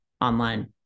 online